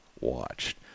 watched